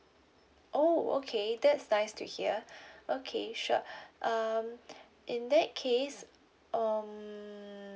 oh okay that's nice to hear okay sure um in that case um